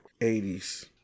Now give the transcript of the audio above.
80s